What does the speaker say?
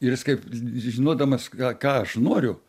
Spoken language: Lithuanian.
ir jis kaip žinodamas ką ką aš noriu